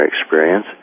experience